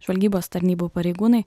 žvalgybos tarnybų pareigūnai